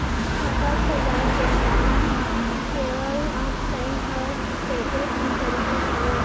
खाता खोलवाय के का केवल ऑफलाइन हर ऐकेठन तरीका हवय?